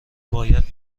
باید